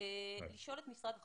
את משרד החוץ.